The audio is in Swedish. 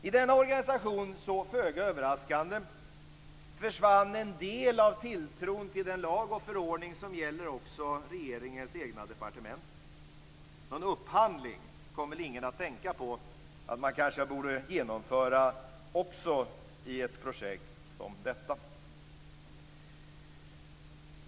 I denna organisation försvann, föga överraskande, en del av tilltron till den lag och förordning som gäller också regeringens egna departement. Någon upphandling kom väl ingen att tänka på att man kanske borde genomföra, också i ett projekt som detta.